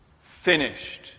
Finished